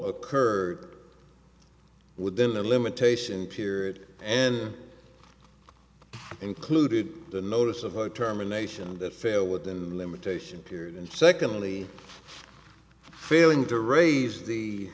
occurred within the limitation period and included the notice of a terminations that fail within the limitation period and secondly failing to raise the